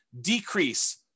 decrease